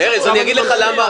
ארז, אני אגיד לך למה